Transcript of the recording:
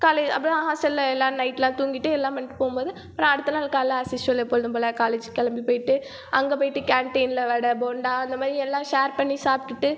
காலையில் அப்புறம் ஹாஸ்டலில் எல்லோரும் நைட்டெல்லாம் தூங்கிட்டு எல்லாம் பண்ணிட்டு போகும் போது அப்புறம் அடுத்த நாள் காலையில் ஆஸ் யூஷுவல் எப்பொழுதும் போல் காலேஜுக்கு கிளம்பிப் போயிட்டு அங்கேப் போயிட்டு கேண்டீனில் வடை போண்டா அந்த மாதிரி எல்லாம் ஷேர் பண்ணி சாப்பிட்டுட்டு